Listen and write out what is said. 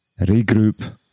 regroup